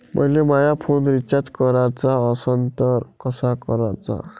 मले माया phone recharge कराचा असन तर कसा कराचा?